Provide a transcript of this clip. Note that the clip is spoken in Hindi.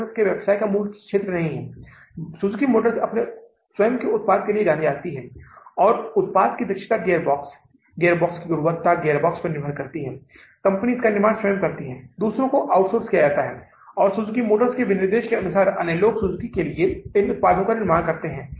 यह 25470 डॉलर है जो शुरुआती शेष है फिर न्यूनतम नक़दी जो हमें रखना होगा वह है 25000 सही है इसलिए अब परिचालन के लिए उपलब्ध नक़दी कितनी है 470000 डॉलर नक़दी परिचालन के लिए उपलब्ध है